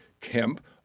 Kemp